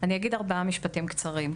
אגיד ארבעה משפטים קצרים.